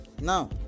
now